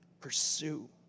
pursue